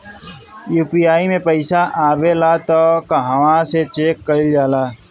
UPI मे पइसा आबेला त कहवा से चेक कईल जाला?